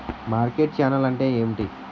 Market channel అంటే ఏమిటి?